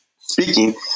speaking